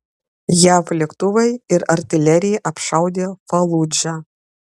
jav lėktuvai ir artilerija apšaudė faludžą